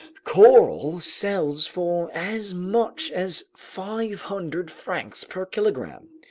coral sells for as much as five hundred francs per kilogram,